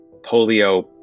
Polio